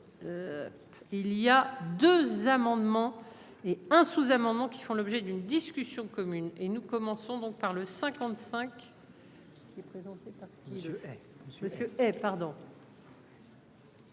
Il y a 2 amendements et un sous-amendement qui font l'objet d'une discussion commune et nous commençons donc par le 55.